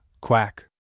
Quack